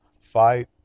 fight